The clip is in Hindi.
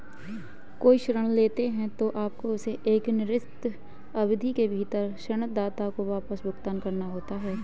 कोई ऋण लेते हैं, तो आपको उसे एक निर्दिष्ट अवधि के भीतर ऋणदाता को वापस भुगतान करना होता है